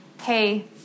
hey